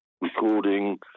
recording